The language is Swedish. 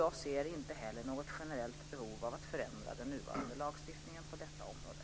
Jag ser inte heller något generellt behov av att förändra den nuvarande lagstiftningen på detta område.